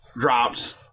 drops